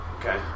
Okay